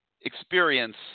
experience